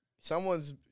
Someone's